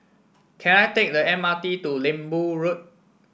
can I take the M R T to Lembu Road